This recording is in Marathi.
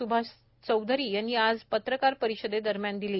स्भाष चौधरी यांनी आज पत्रकार परिषदे दरम्यान दिली